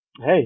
Hey